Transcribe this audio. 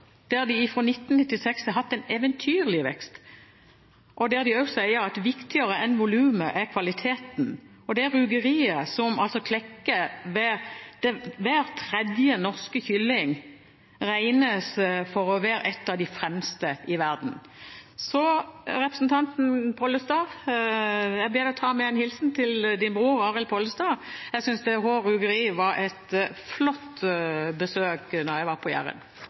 der de fra 1996 har hatt en eventyrlig vekst, og der de også sier at viktigere enn volumet er kvaliteten. Det rugeriet, som klekker hver tredje norske kylling, regnes for å være et av de fremste i verden. Så jeg ber representanten Pollestad ta med en hilsen til sin bror Arild Pollestad – jeg syntes besøket på Hå Rugeri var et flott besøk da jeg var på